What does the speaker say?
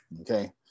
okay